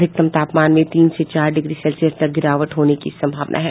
अधिकतम तापमान में तीन से चार डिग्री सेल्सियस तक गिरावट होने की संभावना है